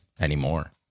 anymore